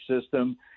system